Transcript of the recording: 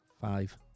Five